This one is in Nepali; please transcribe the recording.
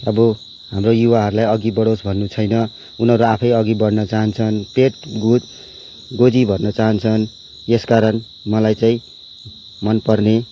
अब हाम्रो युवाहरूलाई अघि बढोस् भन्नु छैन उनीहरू आफै अघि बढ्नु चाहन्छन् पेट गो गोजी भर्न चाहन्छन् यसकारण मलाई चाहिँ मनपर्ने